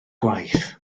gwaith